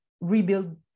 rebuild